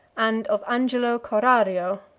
and of angelo corrario,